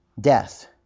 Death